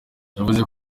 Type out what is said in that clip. yavuze